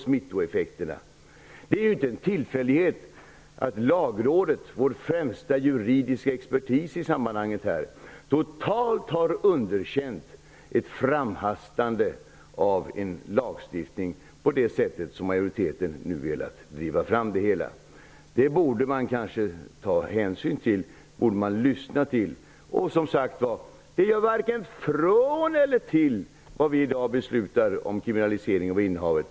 Det är inte en tillfällighet att Lagrådet, vår främsta juridiska expertis i sammanhanget, totalt har underkänt ett framhastande av en lagstiftning på det sätt som majoriteten nu velat driva fram det hela. Det borde man kanske ta hänsyn och lyssna till. Det gör varken från eller till vad vi i dag beslutar om kriminalisering av innehavet.